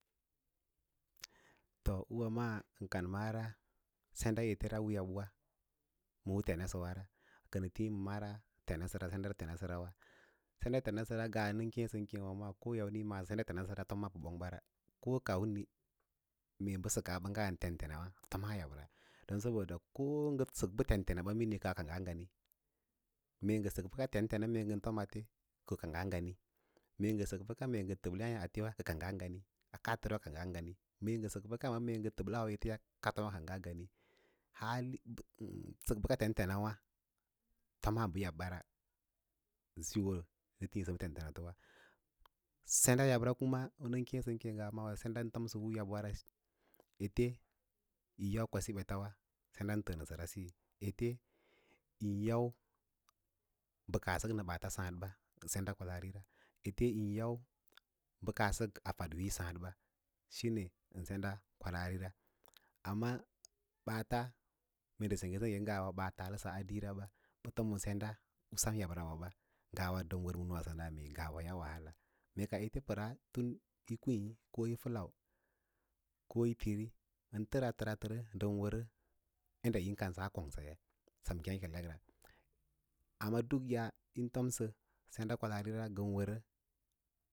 To ûwǎ maa ən kan marasenɗa etera u yabꞌwa sem u tensasəwara kə nə tii ma mara tenasorawa senda tenasərawa ngaa nən keẽ sən keẽ wa maa ko ya’mni yi maꞌâsə senda ten abəra yi toma bəka ɓongra ko kammí mee bəsəkaa ndə bə tente naɓa tomaa yabra don ko ngə sək bə tentena ɓa mini pə ka peɗaa nyani mee ngən sək bəka tentena mee ngən tom ate kə kangga ngani mee ngə sək bəlla ngə təblə yaãyô atewa ka kangga ngami kaa tərwa ka kang a nganí mee ngən sək bəka ngə təblə au eteya kaa tom wâ ka kangga ngari hali sək bəka tentenawa tomaa bə yabba ra ən síyo nə tiĩsə ma tentenato wa. Sen da yabra kuma u nəm kěěsən keẽ ngawa maawâ senda u tonsə u yabꞌwara, ete yín yau kwabi ɓeta ən təə nəsəra siyo, ete yín, yau bə kaa sək maa ɓeta sǎǎdda ra ndə senda kwalaari ra ete mee yín yau bə kaa sək a faɗ wiiyo sǎǎd ra shíne ən senda kwalaari ra, amaa ɓaata mee ndə sengga ngawa baa taasə a diira ba pə tə hoo sem yabra ra, ngawa tən wər ma nûwâ sənda ngawa dawahala ete pəraa tun yi kwiĩ ko yi fəlau ko yi tiri ən təra təra tərə ndən wərə yadda yín kansaa kongsaaya sem ngēkelekra amma dak yaayin tomsə senda kwalaarira na ngən wərə.